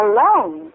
Alone